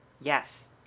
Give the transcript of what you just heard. Yes